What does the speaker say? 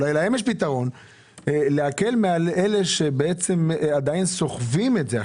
אולי להם יש פתרון כיצד להקל על אלה שעדיין סוחבים את זה.